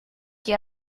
que